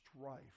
strife